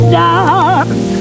dark